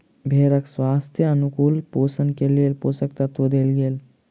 भेड़क स्वास्थ्यक अनुकूल पोषण के लेल पोषक तत्व देल गेल